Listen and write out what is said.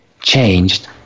changed